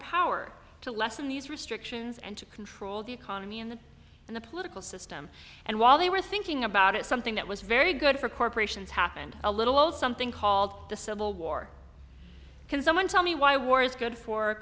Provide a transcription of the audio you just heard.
power to lessen these restrictions and to control the economy in the in the political system and while they were thinking about it something that was very good for corporations happened a little something called the civil war can someone tell me why war is good for